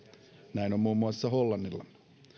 näin on muun muassa hollannilla